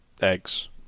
eggs